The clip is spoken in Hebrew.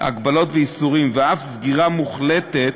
ואף סגירה מוחלטת.